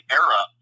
era